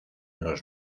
los